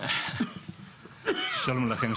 שלום לכם,